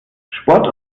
sport